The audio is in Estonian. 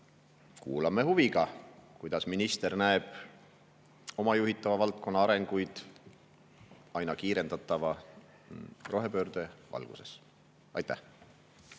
kuulame huviga, kuidas minister näeb oma juhitava valdkonna arengut aina kiirendatava rohepöörde valguses. Aitäh!